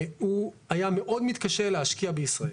הוא היה מאוד מתקשה להשקיע בישראל.